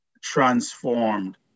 transformed